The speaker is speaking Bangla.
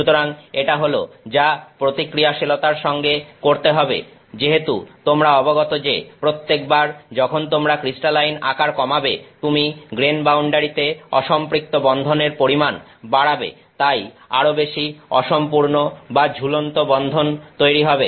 সুতরাং এটা হল যা প্রতিক্রিয়াশীলতার সঙ্গে করতে হবে যেহেতু তোমরা অবগত যে প্রত্যেকবার যখন তোমরা ক্রিস্টালাইন আকার কমাবে তুমি গ্রেন বাউন্ডারি তে অসম্পৃক্ত বন্ধনের পরিমাণ বাড়াবে তাই আরো বেশি অসম্পূর্ণ বা ঝুলন্ত বন্ধন তৈরি হবে